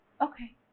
Okay